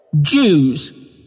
Jews